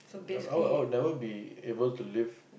never oh oh never be able to live